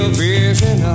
vision